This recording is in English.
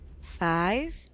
five